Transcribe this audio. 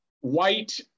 white